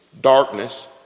darkness